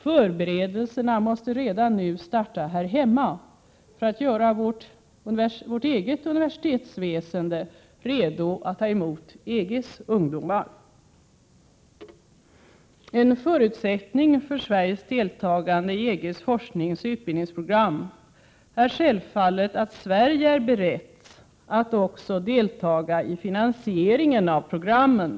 Förberedelserna måste redan nu starta här hemma för att göra vårt eget universitetsväsende redo att ta emot EG:s ungdomar. En förutsättning för Sveriges deltagande i EG:s forskningsoch utbildningsprogram är självfallet att Sverige är berett att också delta i finansieringen av programmen.